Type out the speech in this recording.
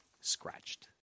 scratched